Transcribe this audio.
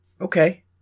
Okay